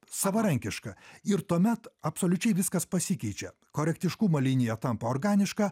savarankišką ir tuomet absoliučiai viskas pasikeičia korektiškumo linija tampa organiška